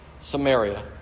Samaria